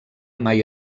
mai